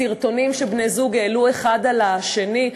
סרטונים שבני-זוג העלו האחד על השני.